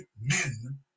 men